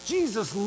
Jesus